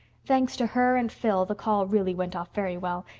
thanks to her and phil, the call really went off very well,